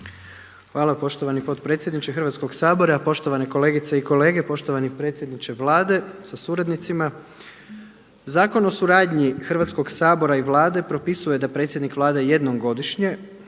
Hvala poštovani potpredsjedniče Hrvatskog sabora. Poštovane kolegice i kolege, poštovani predsjedniče Vlade sa suradnicima. Zakon o suradnji Hrvatskog sabora i Vlade propisuje da predsjednik Vlade jednom godišnje